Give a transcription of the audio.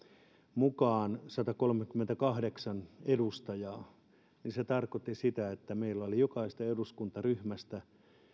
mukaan satakolmekymmentäkahdeksan edustajaa niin se tarkoitti sitä että meillä oli jokaisesta eduskuntaryhmästä